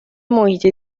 محیط